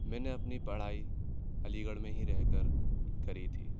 میں نے اپنی پڑھائی علی گڑھ میں ہی رہ کر کری تھی